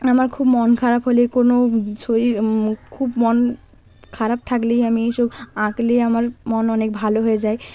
আমার খুব মন খারাপ হলে কোনো শরীর খুব মন খারাপ থাকলেই আমি এই সব আঁকলে আমার মন অনেক ভালো হয়ে যায়